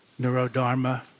neurodharma